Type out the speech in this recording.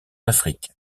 afrique